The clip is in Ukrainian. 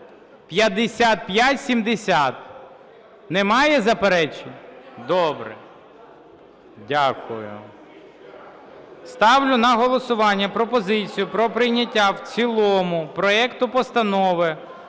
5570. Немає заперечень? Добре, дякую. Ставлю на голосування пропозицію про прийняття в цілому проекту Постанови